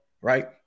right